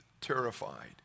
terrified